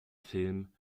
film